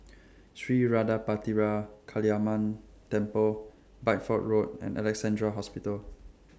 Sri Vadapathira Kaliamman Temple Bideford Road and Alexandra Hospital